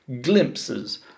glimpses